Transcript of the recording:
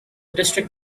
district